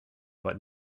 but